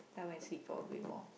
then I went to sleep for a bit more